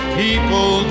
people